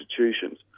institutions